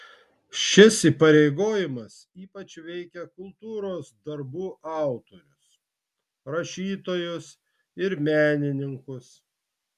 šis įpareigojimas ypač veikia kultūros darbų autorius rašytojus ir menininkus